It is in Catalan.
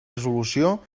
resolució